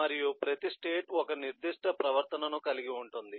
మరియు ప్రతి స్టేట్ ఒక నిర్దిష్ట ప్రవర్తనను కలిగి ఉంటుంది